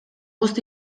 bost